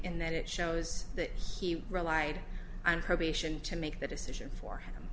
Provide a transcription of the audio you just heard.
in that it shows that he relied on probation to make the decision for him